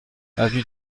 avenue